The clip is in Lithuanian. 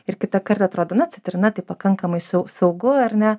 ir kitą kartą atrodo na citrina tai pakankamai saugu ar ne